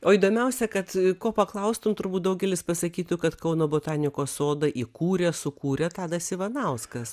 o įdomiausia kad ko paklaustum turbūt daugelis pasakytų kad kauno botanikos sodą įkūrė sukūrė tadas ivanauskas